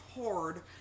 hard